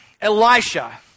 Elisha